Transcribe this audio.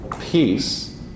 Peace